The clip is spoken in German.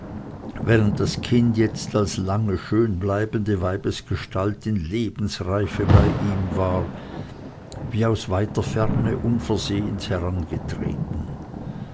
während das kind jetzt als lange schön bleibende weibesgestalt in lebensreife bei ihm war wie aus weiter ferne unversehens herangetreten